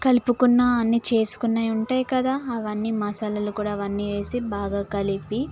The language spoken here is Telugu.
కలుపుకున్న అన్నీ చేసుకున్న ఉంటాయి కదా అవన్నీ మసాలాలు కూడా అవన్నీ వేసి బాగా కలిపి